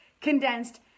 condensed